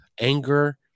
anger